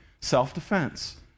self-defense